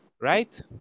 right